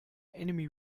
enemy